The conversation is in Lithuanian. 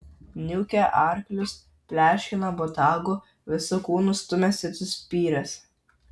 niūkia arklius pleškina botagu visu kūnu stumiasi atsispyręs